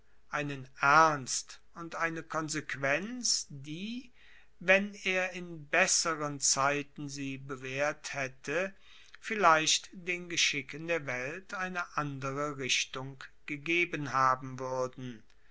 einen ernst und eine konsequenz die wenn er in besseren zeiten sie bewaehrt haette vielleicht den geschicken der welt eine andere richtung gegeben haben wuerden